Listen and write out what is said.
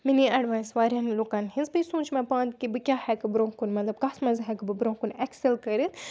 مےٚ نی ایٚڈوایس واریاہَن لُکَن ہِنٛز بیٚیہِ سوٗنٛچ مےٚ پانہٕ کہِ بہٕ کیٛاہ ہیٚکہٕ برونٛہہ کُن مطلب کَتھ منٛز ہیٚکہٕ بہٕ برونٛہہ کُن ایٚکسٮ۪ل کٔرِتھ